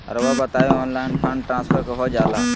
रहुआ बताइए online fund transfer हो जाला?